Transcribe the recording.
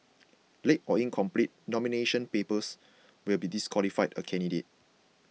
late or incomplete nomination papers will be disqualify a candidate